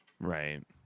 right